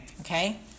Okay